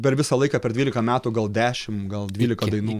per visą laiką per dvylika metų gal dešim gal dvylika dainų